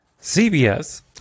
CBS